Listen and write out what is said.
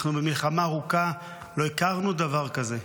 אנחנו במלחמה ארוכה, לא הכרנו דבר כזה.